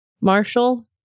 Marshall